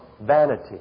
Vanity